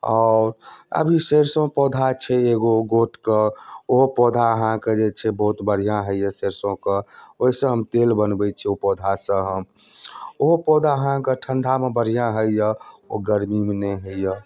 आओर अभी सैरसो पौधा छै एगो गोट के ओ पौधा अहाँके जे छै बहुत बढ़िऑं होइया सैरसोंके ओहिसऽ हम तेल बनबै छी ओहि पौधासॅं हम ओहो पौधा अहाँके ठंढा मे बढ़िऑं होइया ओ गर्मीमे नहि होइया